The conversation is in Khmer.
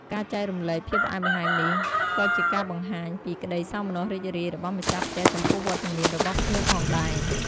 ការចែករំលែកភាពផ្អែមល្ហែមនេះ ក៏ជាការបង្ហាញពីក្តីសោមនស្សរីករាយរបស់ម្ចាស់ផ្ទះចំពោះវត្តមានរបស់ភ្ញៀវផងដែរ។